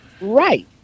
Right